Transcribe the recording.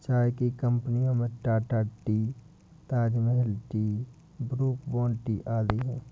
चाय की कंपनियों में Tata tea, Taj Mahal tea, Brooke Bond tea आदि है